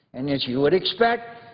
and as you would expect,